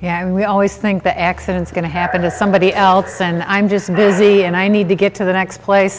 yeah we always think the accidents going to happen to somebody out send i'm just this is the end i need to get to the next place